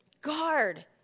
Guard